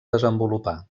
desenvolupar